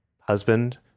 husband